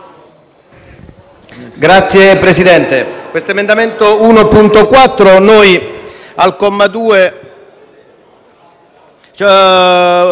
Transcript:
Grazie Presidente.